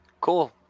Cool